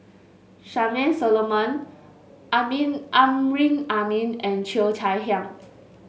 Charmaine Solomon Amin Amrin Amin and Cheo Chai Hiang